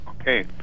Okay